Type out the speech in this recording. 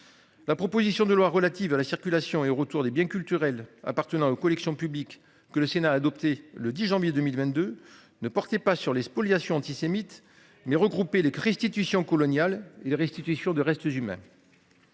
La proposition de loi relative à la circulation et au retour des biens culturels appartenant aux collections publiques que le Sénat a adopté le 10 janvier 2022 ne portait pas sur les spoliations antisémites mais regrouper les Christine Futian coloniale et restitution de restes humains.